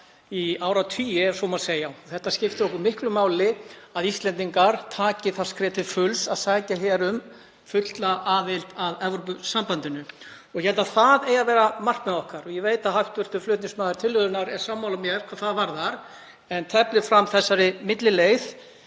í áratugi, ef svo má segja. Það skiptir okkur miklu máli að Íslendingar taki það skref til fulls að sækja um fulla aðild að Evrópusambandinu og ég held að það eigi að vera markmið okkar. Ég veit að hv. flutningsmaður tillögunnar er sammála mér hvað það varðar en teflir fram þessari millileið